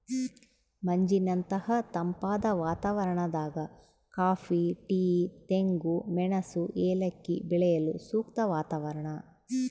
ಮಂಜಿನಂತಹ ತಂಪಾದ ವಾತಾವರಣದಾಗ ಕಾಫಿ ಟೀ ತೆಂಗು ಮೆಣಸು ಏಲಕ್ಕಿ ಬೆಳೆಯಲು ಸೂಕ್ತ ವಾತಾವರಣ